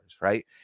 right